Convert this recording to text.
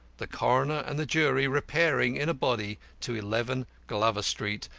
the coroner and the jury repairing in a body to eleven glover street,